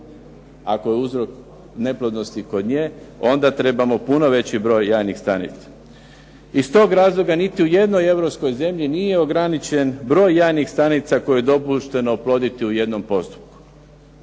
ako je uzrok neplodnosti kod nje, onda trebamo puno veći broj jajnih stanica. Iz tog razloga niti u jednoj Europskoj zemlji nije ograničen broj jajnih stanica koje je dopušteno oploditi u jednom postupku.